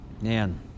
man